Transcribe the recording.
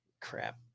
crap